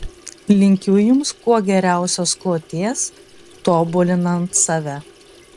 linkiu jums kuo geriausios kloties tobulinant save